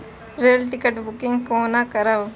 Rail ticket booking कोना करब?